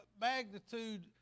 magnitude